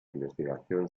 investigación